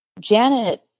Janet